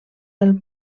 del